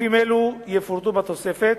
גופים אלו יפורטו בתוספת,